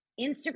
instagram